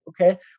Okay